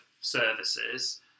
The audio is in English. services